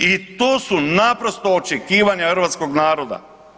I to su naprosto očekivanja hrvatskog naroda.